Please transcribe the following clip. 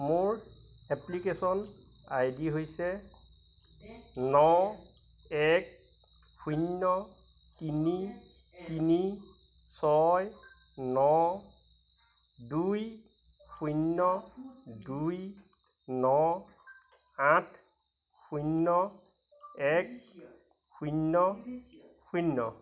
মোৰ application I D হৈছে ন এক শূন্য তিনি তিনি ছয় ন দুই শূন্য দুই ন আঠ শূন্য এক শূন্য শূন্য